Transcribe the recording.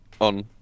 On